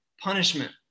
punishment